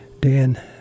dan